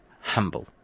humble